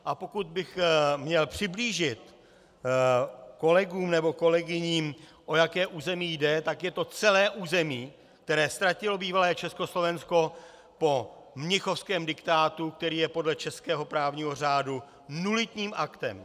A pokud bych měl přiblížit kolegům nebo kolegyním, o jaké území jde, tak je to celé území, které ztratilo bývalé Československo po mnichovském diktátu, který je podle českého právního řádu nulitním aktem.